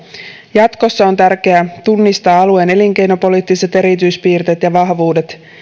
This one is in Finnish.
jatkossa on tärkeää tunnistaa alueen elinkeinopoliittiset erityispiirteet ja vahvuudet